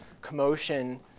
commotion